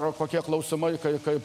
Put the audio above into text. ar kokie klausimai kaip